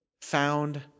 found